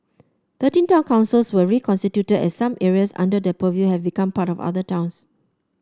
thirteen town councils were reconstituted as some areas under their purview have become part of other towns